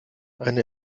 eine